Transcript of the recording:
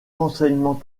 renseignement